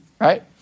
right